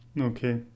Okay